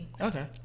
Okay